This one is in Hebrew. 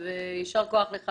יישר כוח לך.